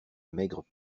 maigre